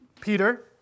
Peter